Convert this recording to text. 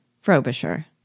Frobisher